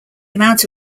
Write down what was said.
amount